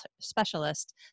specialist